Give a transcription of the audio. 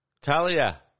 Talia